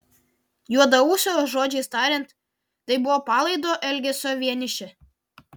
juodaūsio žodžiais tariant tai buvo palaido elgesio vienišė